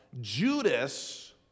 Judas